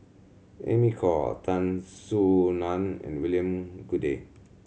Amy Khor Tan Soo Nan and William Goode